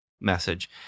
message